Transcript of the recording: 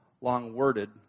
long-worded